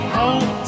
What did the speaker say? home